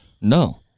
No